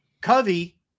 Covey